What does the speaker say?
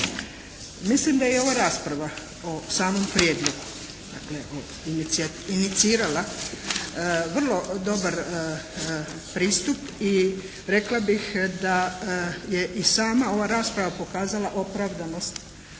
Mislim da je i ova rasprava o samom prijedlogu, dakle inicirala vrlo dobar pristup i rekla bih da je i sama ova rasprava pokazala opravdanost